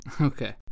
Okay